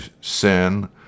sin